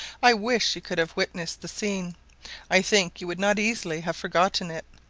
i wish you could have witnessed the scene i think you would not easily have forgotten it.